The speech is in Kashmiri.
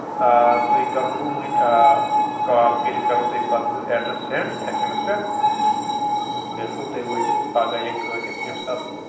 آ تُہۍ کرہو بہٕ ؤنۍ کال کٔرِتھ کرو تۄہہِ پَتہٕ بہٕ address send S M S پیٚٹھ بِلکُل تُہۍ وٲتِو پَگاہ یا کٲلۍکیٚتھ ییٚمہِ ساتہٕ